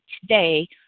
today